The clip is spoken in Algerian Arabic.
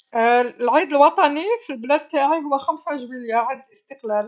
العيد الوطني في البلاد تاعي هو خمسه جويليه، عيد الإستقلال.